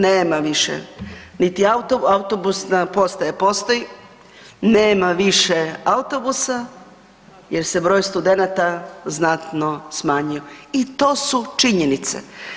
Nema više, autobusna postaja postoji, nema više autobusa jer se broj studenata znatno smanjio i to su činjenice.